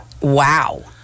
Wow